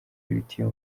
ibitiyo